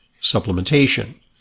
supplementation